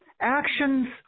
actions